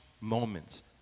moments